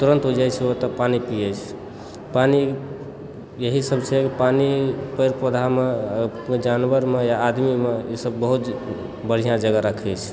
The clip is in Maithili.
तुरत ओ जाइ छै ओतय पानि पीयै छै पानि यही सब छै पानि पेड़ पौधामे या जानवरमे या आदमीमे ई सब बहुत बढ़िआँ जगह राखै छै